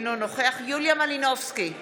אינו נוכח יוליה מלינובסקי קונין,